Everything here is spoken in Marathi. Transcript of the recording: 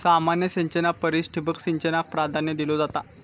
सामान्य सिंचना परिस ठिबक सिंचनाक प्राधान्य दिलो जाता